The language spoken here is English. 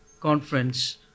conference